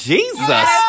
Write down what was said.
Jesus